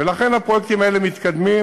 ולכן הפרויקטים האלה מתקדמים.